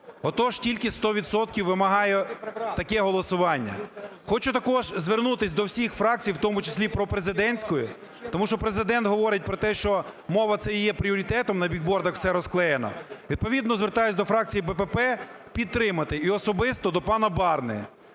сто відсотків вимагаю таке голосування. Хочу також звернутись до всіх фракцій, в тому числі і пропрезидентської, тому що Президент говорить про те, що мова це є пріоритетом, на бігбордах все розклеєно. Відповідно звертаюсь до фракції БПП підтримати. І особисто до пана Барни